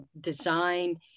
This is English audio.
design